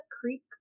Creek